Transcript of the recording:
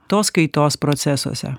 tos kaitos procesuose